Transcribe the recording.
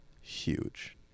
huge